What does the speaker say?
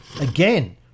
Again